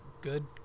good